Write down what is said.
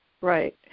right